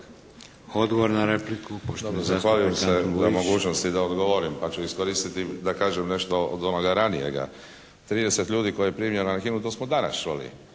Odgovor na repliku,